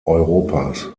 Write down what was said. europas